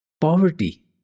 Poverty